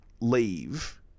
leave